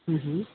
हं हं